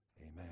Amen